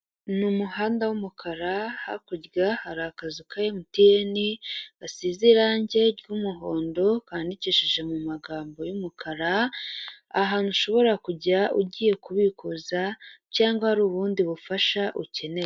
Ni umuhanda w'umukara hakurya hari akazu ka MTN gasize irange ry'umuhondo, kandikishije mu magambo y'umukara. Ahantu ushobora kujya ugiye kubikuza cyangwa hari ubundi bufasha ukeneye.